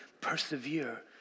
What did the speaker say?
persevere